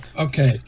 Okay